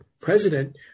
president